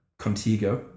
contigo